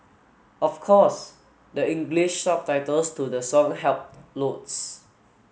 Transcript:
of course the English subtitles to the song helped loads